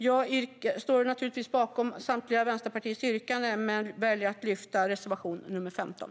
Jag står naturligtvis bakom samtliga av Vänsterpartiets yrkanden, men jag väljer att yrka bifall till reservation 15.